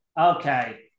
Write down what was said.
Okay